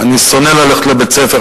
אני שונא ללכת לבית-הספר,